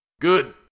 Good